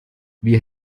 wir